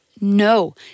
No